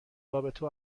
رابطه